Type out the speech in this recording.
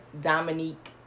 Dominique